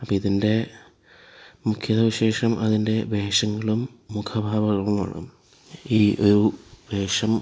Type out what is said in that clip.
അപ്പോള് ഇതിൻ്റെ മുഖ്യ വിശേഷം അതിൻ്റെ വേഷങ്ങളും മുഖ ഭാവങ്ങളുമാണ് ഈ ഒരു വേഷം